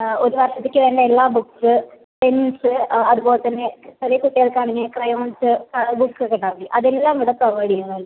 ഒര് വർഷത്തേക്ക് വേണ്ട എല്ലാ ബുക്ക്സ് പെൻസ് അതുപോലത്തന്നെ ചെറിയ കുട്ടികൾക്ക് ആണെങ്കിൽ ക്രയോൺസ് കളർ ബുക്ക് ഒക്ക ഉണ്ടാവില്ലേ അത് എല്ലാം ഇവിടെ പ്രൊവൈഡ് ചെയ്യുന്നുണ്ട്